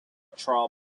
trial